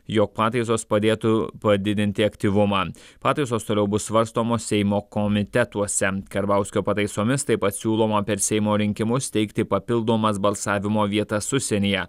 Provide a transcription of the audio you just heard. jog pataisos padėtų padidinti aktyvumą pataisos toliau bus svarstomos seimo komitetuose karbauskio pataisomis taip pat siūloma per seimo rinkimus steigti papildomas balsavimo vietas užsienyje